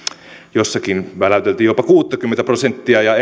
jossakin väläyteltiin jopa kuuttakymmentä prosenttia ja